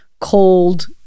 cold